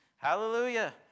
Hallelujah